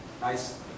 nice